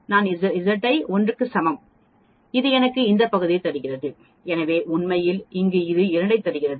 நான் Z ஐ 1 க்கு சமம் இது எனக்கு இந்த பகுதியை தருகிறது எனவே உண்மையில் இங்கே இது 2 ஐ தருகிறது